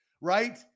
right